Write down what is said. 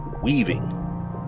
weaving